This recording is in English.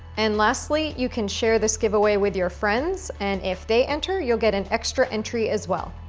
and lastly, you can share this giveaway with your friends and if they enter, you'll get an extra entry as well.